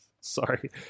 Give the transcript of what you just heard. sorry